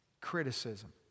criticism